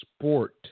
sport